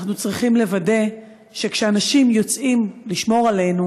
אנחנו צריכים לוודא שכשאנשים יוצאים לשמור עלינו,